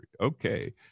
Okay